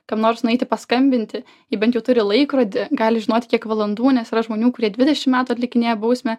kam nors nueiti paskambinti ji bent jau turi laikrodį gali žinoti kiek valandų nes yra žmonių kurie dvidešimt metų atlikinėję bausmę